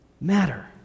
matter